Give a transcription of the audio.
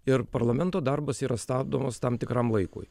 ir parlamento darbas yra stabdomas tam tikram laikui